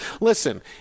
listen